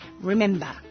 Remember